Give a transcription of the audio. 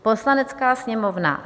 Poslanecká sněmovna